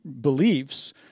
beliefs –